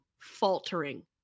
faltering